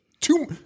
two